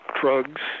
drugs